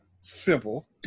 simple